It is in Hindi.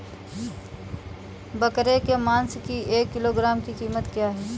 बकरे के मांस की एक किलोग्राम की कीमत क्या है?